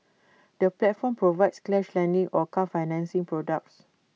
the platform provides cash lending and car financing products